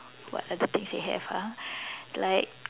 what other things they have ah like